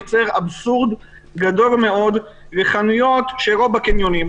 יוצרת אבסורד גדול מאוד לחנויות שלא בקניונים,